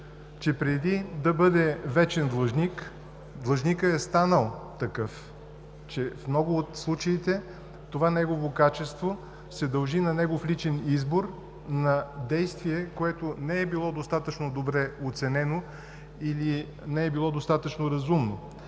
че преди да бъде вечен длъжник, длъжникът е станал такъв; че в много от случаите това негово качество се дължи на негов личен избор, на действие, което не е било достатъчно добре оценено или не е било достатъчно разумно.